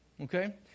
Okay